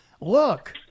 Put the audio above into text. look